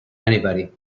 anybody